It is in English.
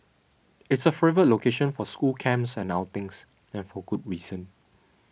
it's a favourite location for school camps and outings and for good reason